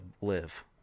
live